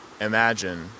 imagine